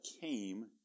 came